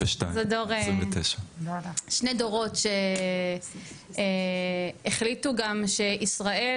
שני דורות שהחליטו גם שישראל,